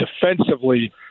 defensively